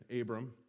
abram